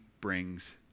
brings